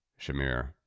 Shamir